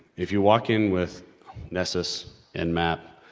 if you walk in with nesses and map,